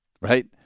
right